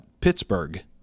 Pittsburgh